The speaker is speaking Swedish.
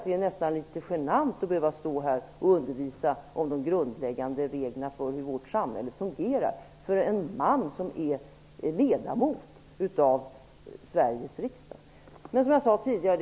Det är nästan litet genant att behöva stå här och undervisa en man, som är ledamot av Sveriges riksdag, om de grundläggande reglerna för hur vårt samhälle fungerar.